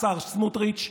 השר סמוטריץ',